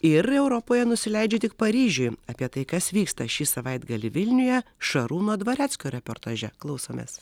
ir europoje nusileidžia tik paryžiuj apie tai kas vyksta šį savaitgalį vilniuje šarūno dvarecko reportaže klausomės